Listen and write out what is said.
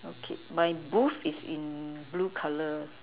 my booth is in blue colour